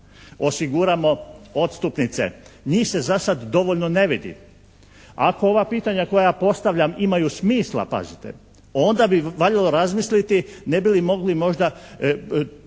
osiguramo odstupnice. Njih se zasad dovoljno ne vidi. Ako ova pitanja koja postavljam imaju smisla pazite onda bi valjalo razmisliti ne bi li mogli možda